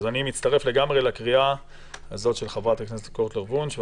אני מצטרף לגמרי לקריאה הזאת של חברת הכנסת מיכל קוטלר וונש.